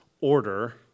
order